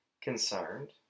concerned